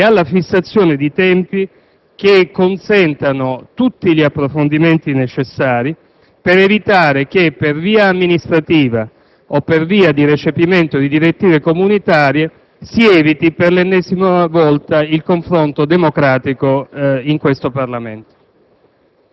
e alla fissazione di tempi che consentano tutti gli approfondimenti necessari per evitare che per via amministrativa o per via di recepimento di direttive comunitarie si eviti per l'ennesima volta il confronto democratico in questo Parlamento.